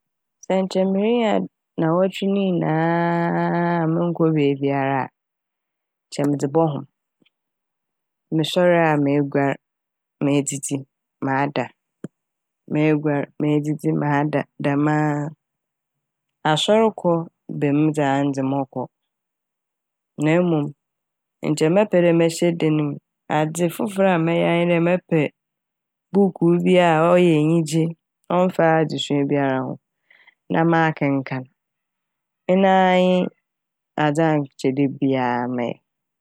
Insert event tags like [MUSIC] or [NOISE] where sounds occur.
Sɛ nkyɛ mirinya nn- naawɔtwe ne nyinaa a monnkɔ beebiara a nkyɛ medze [NOISE] bɔ hom. Mosoɛr a meguar medzidzi mada meguar medzidzi mada dɛm aa. Asɔr kɔ bɛ m' dze a ano dze mɔkɔ na mom nkyɛ mɛpɛ dɛ mɛhyɛ dan ne m'. Adze fofor a mɛyɛ nye dɛ mɛpɛ buukuu bi a ɔyɛ enyigye ɔmmfa adzesua biara ho na makenkaan. Ena a nye [NOISE] adze a nkyɛ adze dabia mɛyɛ.